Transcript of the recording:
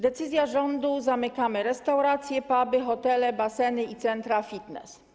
Decyzja rządu: zamykamy restauracje, puby, hotele, baseny i centra fitness.